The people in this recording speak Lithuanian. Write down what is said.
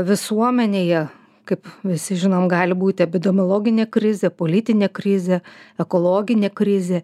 visuomenėje kaip visi žinom gali būti epidemiologinė krizė politinė krizė ekologinė krizė